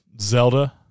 Zelda